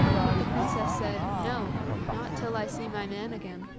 but the princess said, no, not till i see my man again.